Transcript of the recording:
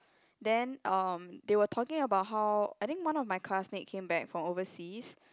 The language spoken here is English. then um they were talking about how I think one of my classmate came back from overseas